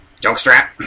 jokestrap